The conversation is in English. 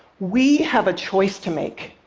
we have a choice to make.